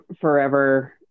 forever